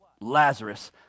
Lazarus